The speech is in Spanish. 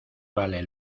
vale